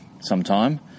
sometime